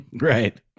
Right